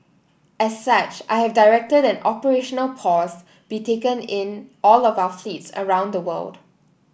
as such I have directed an operational pause be taken in all of our fleets around the world